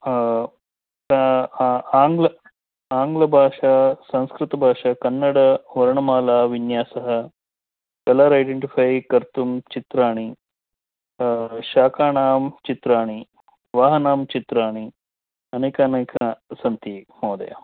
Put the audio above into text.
आङ्गल आङ्गलभाषा संस्कृतभाषा कन्नडवर्णमालाविन्यास कलर् ऐडेण्टिफै कर्तुं चित्राणि शाकानां चित्राणि वाहनानां चित्राणि अनेक अनेक सन्ति महोदयः